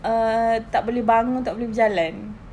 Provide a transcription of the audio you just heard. err tak boleh bangun tak boleh berjalan